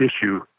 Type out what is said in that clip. issue